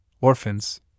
orphans